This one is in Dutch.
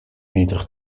meter